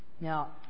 Now